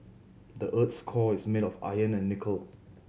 the earth's core is made of iron and nickel